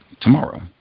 tomorrow